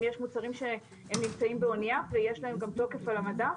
אם יש מוצרים שהם נמצאים באוניה ויש להם גף תוקף על המדף,